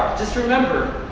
just remember,